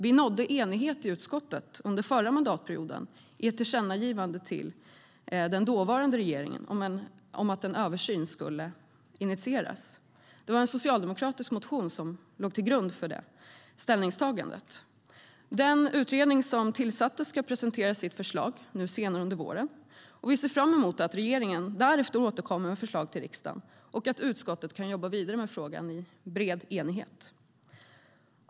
Vi nådde enighet i utskottet under förra mandatperioden i ett tillkännagivande till den dåvarande regeringen om att en översyn skulle initieras. Det var en socialdemokratisk motion som låg till grund för det ställningstagandet. Den utredning som tillsattes ska presentera sitt förslag senare under våren, och vi ser fram emot att regeringen därefter återkommer med förslag till riksdagen och att utskottet kan jobba vidare med frågan i bred enighet. Herr ålderspresident!